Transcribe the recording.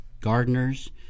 gardeners